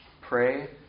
Pray